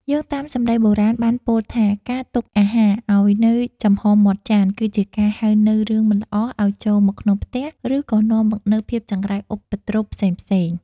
យោងតាមសម្តីបុរាណបានពោលថាការទុកអាហារឱ្យនៅចំហរមាត់ចាន គឺជាការហៅនូវរឿងមិនល្អឱ្យចូលមកក្នុងផ្ទះ ឬក៏នាំមកនូវភាពចង្រៃឧបទ្រពផ្សេងៗ។